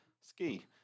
Ski